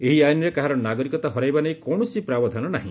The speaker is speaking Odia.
ଏହି ଆଇନରେ କାହାର ନାଗରିକତା ହରାଇବା ନେଇ କୌଶସି ପ୍ରାବଧାନ ନାହି